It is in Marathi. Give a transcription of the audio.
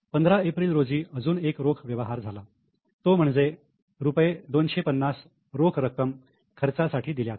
15 एप्रिल रोजी अजून एक रोख व्यवहार आहे तो म्हणजे रुपये 250 रोख रक्कम खर्चासाठी दिल्याचा